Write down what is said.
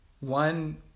One